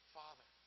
father